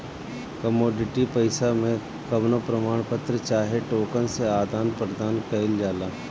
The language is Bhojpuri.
कमोडिटी पईसा मे कवनो प्रमाण पत्र चाहे टोकन से आदान प्रदान कईल जाला